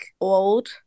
old